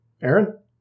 Aaron